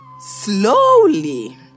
Slowly